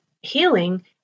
healing